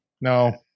no